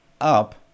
up